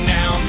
Now